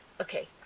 okay